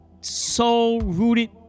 soul-rooted